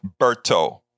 Berto